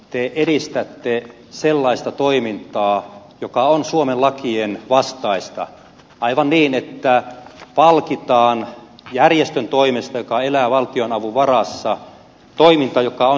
te edistätte sellaista toimintaa joka on suomen lakien vastaista aivan niin että palkitaan järjestön toimesta joka elää valtionavun varassa toiminta joka on